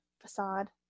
facade